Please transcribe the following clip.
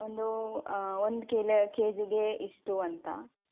ಒಂದು ಒಂದು kilo K ಜಿಗೆ ಇಷ್ಟು ಅಂತ